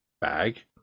bag